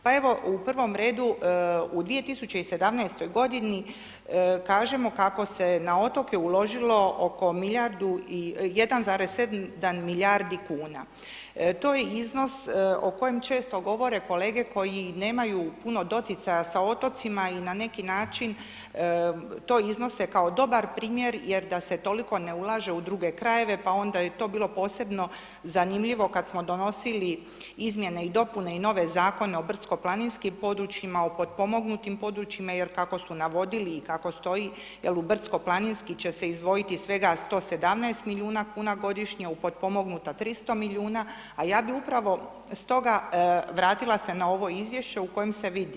Pa evo u prvom redu u 2017. godini kažemo kako se na otoke uložilo oko milijardu, 1,7 milijadri kuna, to je iznos o kojem često govore kolege koji nemaju puno doticaja sa otocima i na neki način to iznose kao dobar primjer jer da se toliko ne ulaže u druge krajeve pa je onda je to bilo posebno zanimljivo kad smo donosili izmjene i dopune i nove zakone o brdsko-planinskim područjima o potpomognutim područjima jer kako su navodili i kako stoji jer u brdsko-planinski će se izdvojiti svega 117 milijuna kuna godišnje, u potpomognuta 300 milijuna, a ja bi upravo stoga vratila se na ovo izvješće u kojem se vidi.